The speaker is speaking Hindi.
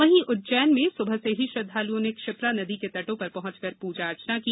वहीं उज्जैन में सुबह से ही श्रद्दालुओं ने क्षिप्रा नदी के तटों पर पहुंचकर पूजा अर्चना की